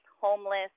homeless